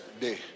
day